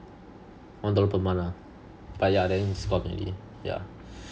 one dollar per month ah but yeah then it's gone already yeah